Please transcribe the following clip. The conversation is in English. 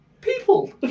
People